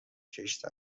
کشت